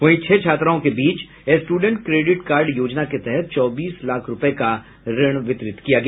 वहीं छह छात्राओं के बीच स्टूडेंट क्रेडिट कार्ड योजना के तहत चौबीस लाख रूपये का ऋण वितरित किया गया